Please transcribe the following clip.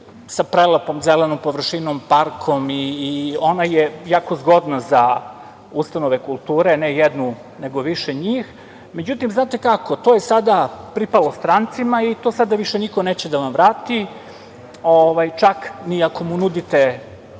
sa prelepom zelenom površinom, parkom i ona je jako zgodna za ustanove kulture, ne jednu nego više njih, međutim to je sada pripalo strancima i to sada više niko neće da vam vrati, čak iako mu nudite